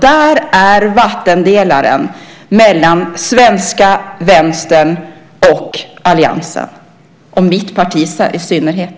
Där är vattendelaren mellan svenska Vänstern och alliansen - och mitt parti i synnerhet.